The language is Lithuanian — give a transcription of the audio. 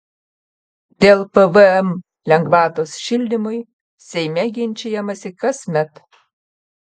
dėl pvm lengvatos šildymui seime ginčijamasi kasmet